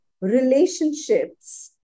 relationships